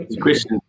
question